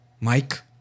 Mike